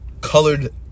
colored